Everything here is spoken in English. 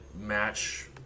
match